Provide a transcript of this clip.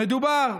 מדובר.